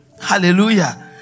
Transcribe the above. Hallelujah